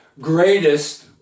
greatest